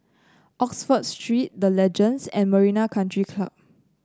Oxford Street The Legends and Marina Country Club